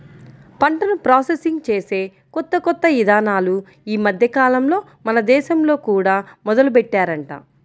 పంటను ప్రాసెసింగ్ చేసే కొత్త కొత్త ఇదానాలు ఈ మద్దెకాలంలో మన దేశంలో కూడా మొదలుబెట్టారంట